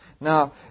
Now